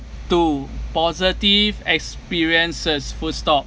two positive experiences full stop